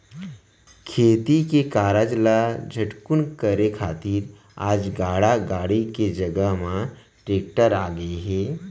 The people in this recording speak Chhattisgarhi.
खेती के कारज ल झटकुन करे खातिर आज गाड़ा गाड़ी के जघा म टेक्टर आ गए हे